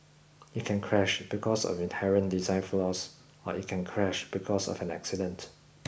it can crash because of inherent design flaws or it can crash because of an accident